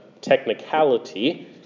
technicality